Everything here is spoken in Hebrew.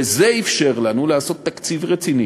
וזה אפשר לנו לעשות תקציב רציני